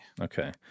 Okay